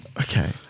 Okay